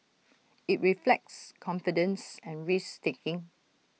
IT reflects confidence and risk taking